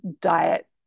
diet